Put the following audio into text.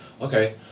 Okay